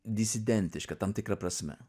disidentiška tam tikra prasme